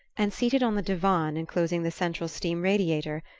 and seated on the divan enclosing the central steam-radiator,